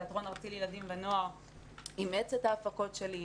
תיאטרון ארצי לילדים ונוער אימץ את ההפקות שלי.